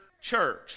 church